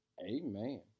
amen